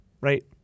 right